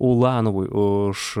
ulanovui už